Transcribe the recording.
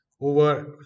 over